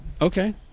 Okay